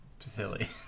Silly